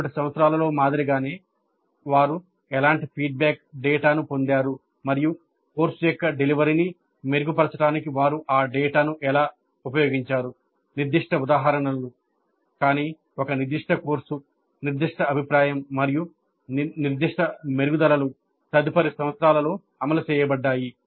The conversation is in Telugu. మునుపటి సంవత్సరాల్లో మాదిరిగానే వారు ఎలాంటి ఫీడ్బ్యాక్ డేటాను పొందారు మరియు కోర్సు యొక్క డెలివరీని మెరుగుపరచడానికి వారు ఆ డేటాను ఎలా ఉపయోగించారు నిర్దిష్ట ఉదాహరణలు కానీ ఒక నిర్దిష్ట కోర్సు నిర్దిష్ట అభిప్రాయం మరియు నిర్దిష్ట మెరుగుదలలు తదుపరి సంవత్సరాల్లో అమలు చేయబడ్డాయి